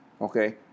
okay